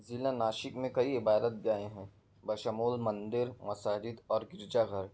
ضلع ناسک میں کئی عبادت گاہیں ہیں بشمول مندر مساجد اور گرجا گھر